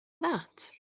that